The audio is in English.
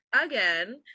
again